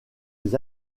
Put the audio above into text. des